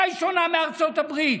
במה היא שונה מארצות הברית?